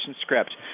script